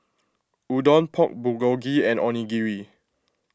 Udon Pork Bulgogi and Onigiri